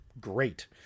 great